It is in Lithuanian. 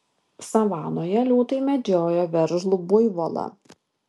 savanoje liūtai medžiojo veržlų buivolą